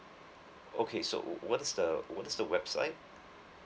okay so what's the what's the website